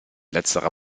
letzterer